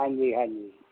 ਹਾਂਜੀ ਹਾਂਜੀ